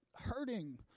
hurting